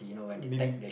maybe